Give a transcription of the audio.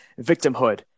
victimhood